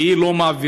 והיא לא מעבירה,